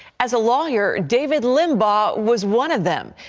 as a lawyer, david limbaugh was one of them,